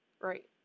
Right